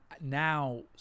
now